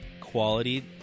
quality